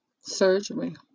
surgery